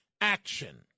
action